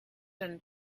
and